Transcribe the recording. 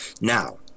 Now